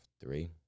Three